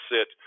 sit